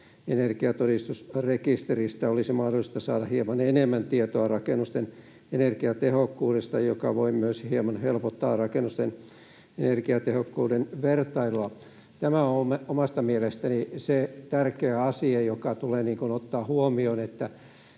energiatodistusrekisteristä olisi mahdollista saada hieman enemmän tietoa rakennusten energiatehokkuudesta, mikä voi myös hieman helpottaa rakennusten energiatehokkuuden vertailua. Tämä on omasta mielestäni se tärkeä asia, joka tulee ottaa huomioon,